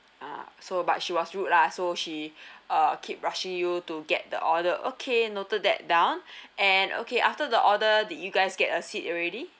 ah so but she was rude lah so she uh keep rushing you to get the order okay noted that down and okay after the order did you guys get a seat already